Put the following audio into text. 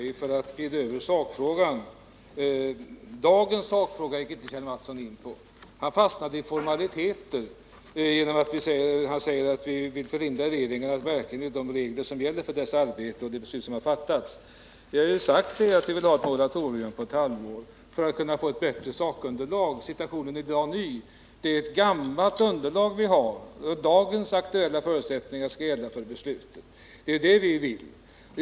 Herr talman! Det är överraskande att Kjell Mattsson klandrar mig för att glida över sakfrågan. Dagens sakfråga gick inte Kjell Mattsson in på. Han fastnade i formaliteter när han sade att vi vill förhindra regeringen att verka enligt de regler som gäller för dess arbete och enligt de beslut som har fattats. Vad vi har sagt är att vi vill ha ett moratorium på ett halvår för att vi skall kunna få ett bättre sakunderlag. Situationen är ju i dag förändrad, och det underlag vi har är gammalt. Vi vill att de för dagen aktuella förutsättningarna skall gälla för beslutet.